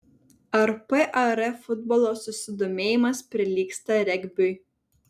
ar par futbolo susidomėjimas prilygsta regbiui